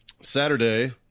Saturday